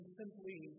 simply